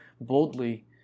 boldly